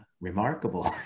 remarkable